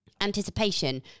anticipation